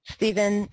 Stephen